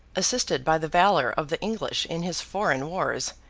assisted by the valour of the english in his foreign wars,